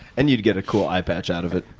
and you'd get a cool eye patch out of it